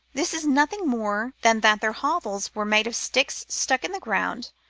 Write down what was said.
this is nothing more than that their hovels were made of sticks stuck in the ground,